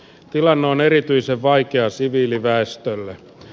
tilanne on erityisen vaikea siviiliväestölle